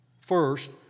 First